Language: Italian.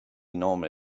nomi